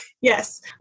Yes